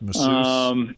Masseuse